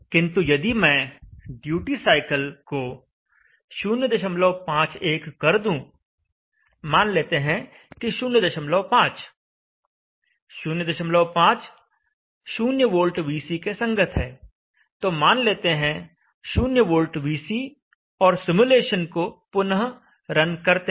किंतु यदि मैं ड्यूटी साइकिल को 051 कर दूँ मान लेते हैं कि 05 05 0 वोल्ट VC के संगत है तो मान लेते हैं 0 वोल्ट VC और सिमुलेशन को पुनः रन करते हैं